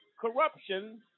corruption